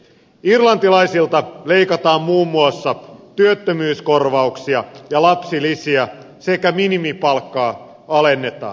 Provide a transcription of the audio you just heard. irlantilaisilta leikataan muun muassa työttömyyskorvauksia ja lapsilisiä sekä minimipalkkaa alennetaan